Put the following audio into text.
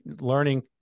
learning